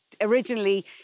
originally